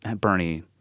Bernie